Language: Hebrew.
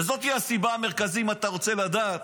וזאת היא הסיבה המרכזית, אם אתה רוצה לדעת